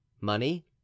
Money